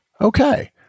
Okay